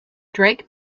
drake